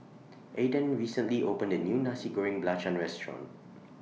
Aedan recently opened A New Nasi Goreng Belacan Restaurant